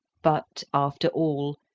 but, after all,